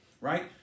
right